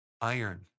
iron